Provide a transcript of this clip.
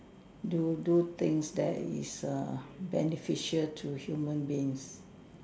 do do things that is err beneficial to human beings